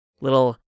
little